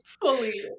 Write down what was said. Fully